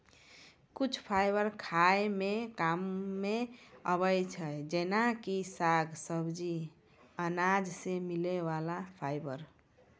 कुछ फाइबर खाय के कामों मॅ आबै छै जेना कि साग, सब्जी, अनाज सॅ मिलै वाला फाइबर